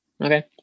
Okay